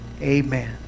Amen